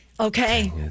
Okay